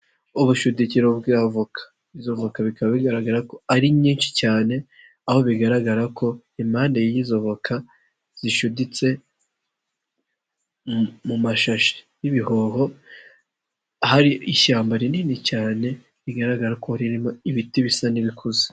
Ubucudike bwa avoka,. Izo voka bikaba bigaragara ko ari nyinshi cyane, aho bigaragara ko impande y'izoboka zicuditse mu mashashi y'ibihoho, hari ishyamba rinini cyane, bigaragara ko ririmo ibiti bisa n'ibikuze.